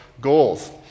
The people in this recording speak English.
goals